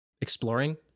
exploring